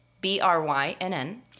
B-R-Y-N-N